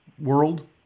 world